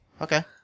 Okay